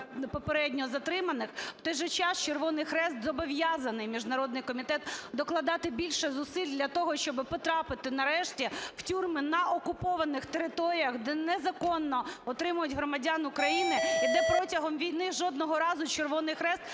попередньо затриманих. В той же час, Червоний Хрест зобов'язаний, Міжнародний Комітет, докладати більше зусиль для того, щоб потрапити, нарешті, в тюрми на окупованих територіях, де незаконно утримують громадян України і де протягом війни жодного разу Червоний Хрест